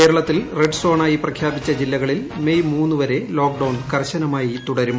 കേരളത്തിൽ റെഡ് സോണായി പ്രഖ്യാപിച്ച ജില്ലകളിൽ മെയ് മൂന്ന് വരെ ലോക്ഡൌൺ കർശനമായി തുടരും